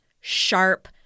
sharp